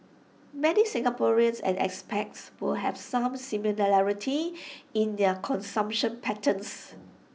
many Singaporeans and expats will have some similarities in their consumption patterns